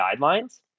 guidelines